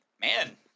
man